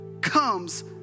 comes